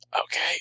Okay